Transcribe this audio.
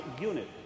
unit